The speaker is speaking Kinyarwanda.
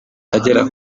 agera